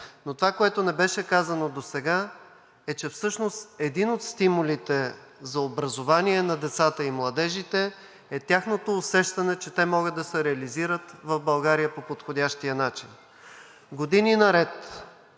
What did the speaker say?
но това, което не беше казано досега, е, че всъщност един от стимулите за образование на децата и младежите е тяхното усещане, че те могат да се реализират в България по подходящия начин. Години наред,